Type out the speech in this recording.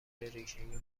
ریشهای